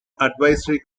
advisory